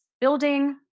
building